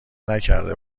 نکرده